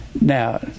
Now